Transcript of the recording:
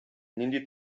нинди